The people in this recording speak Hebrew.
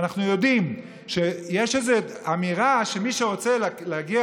ואנחנו יודעים שיש איזו אמירה שמי שרוצה להגיע